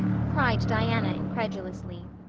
cried diana incredulously.